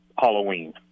halloween